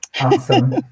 Awesome